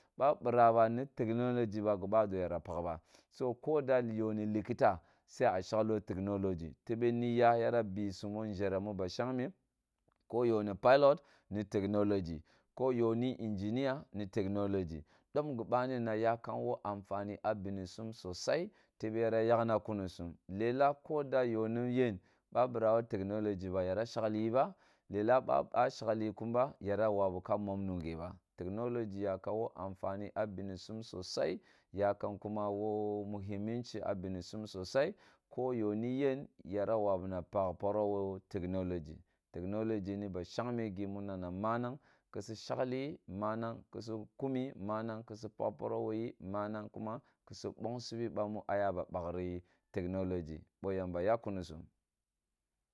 Ba biraba ni technology ba, gibadoh ya pakba, so koda yoh ni likita sai ah shekloh technology tebe miya yira bi ʒumi nʒereh ba ma shekmeh ko yoh ni pilot ni technology ko yohni engineer ni technology, domp gibamina ah yakom woh amfani ah benisum sosai tebe yira yokna kunisum, lelah ko da yohni ten, ba biraba ko technology ba, yira shekliyi ba, lelah ba ba shekliyi kumba, yira wawu ka mom nungheba, technology yakam kp amfani ah banisum sosai, eh yakam kuma ko muhima ah benisum sosai, ko yoh ni yen, yīra wawuna ka pak poroh woh technology, technology migimi na nī ba shekmeh gi minana manang kusu shekliyi manang kusu kumi, manang ksu pak paroh woh yi, manang kuma kusu nbonsibi bani ah ya ba bakri technology, biyamba yakkunisum.